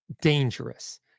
dangerous